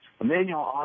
Emmanuel